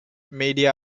media